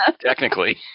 technically